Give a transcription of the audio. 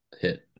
hit